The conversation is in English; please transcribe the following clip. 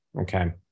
okay